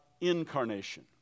incarnation